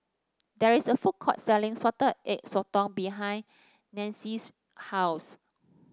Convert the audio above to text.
there is a food court selling Salted Egg Sotong behind Nancie's house